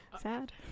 Sad